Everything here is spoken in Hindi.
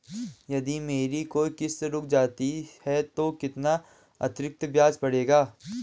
यदि मेरी कोई किश्त रुक जाती है तो कितना अतरिक्त ब्याज पड़ेगा?